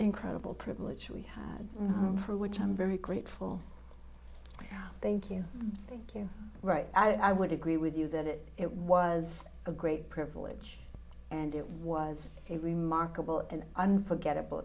incredible privilege we had for which i'm very grateful thank you thank you right i would agree with you that it was a great privilege and it was a remarkable and unforgettable